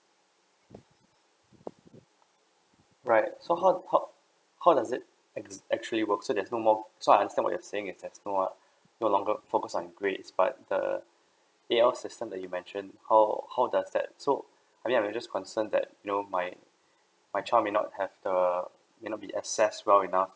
right so how how how does it ex~ actually works so there's no more so I understand what you are saying is there's no uh no longer focus on grades but the A_L system that you mentioned how how does that so I mean I'm just concerned that you know my my child may not have the you know be assessed well enough